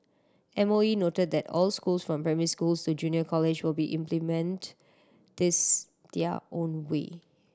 M O E noted that all schools from primary schools to junior college will be implement this their own way